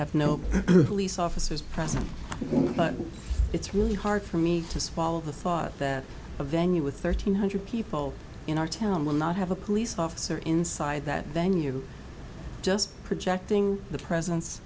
have no police officers present but it's really hard for me to swallow the thought that a venue with thirteen hundred people in our town would not have a police officer inside that venue just projecting the president's